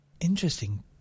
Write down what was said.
Interesting